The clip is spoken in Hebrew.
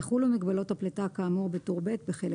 יחולו מגבלות הפליטה כאמור בטור ב' בחלק